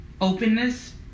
openness